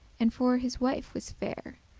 and for his wife was fair,